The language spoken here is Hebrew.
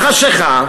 בחשכה,